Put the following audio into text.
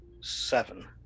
seven